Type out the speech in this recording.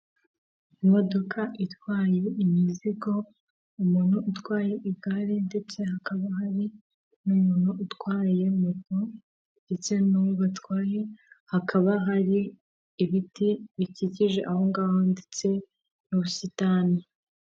Imodoka itwaye imizigo umuntu utwaye igare ndetse hakaba hari n'umuntu utwaye moto, ndetse n'uwo batwaye, hakaba hari ibiti bikikije ahonga ngaho ndetse n'ubusitani.